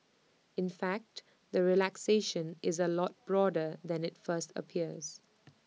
in fact the relaxation is A lot broader than IT first appears